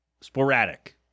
sporadic